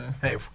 Hey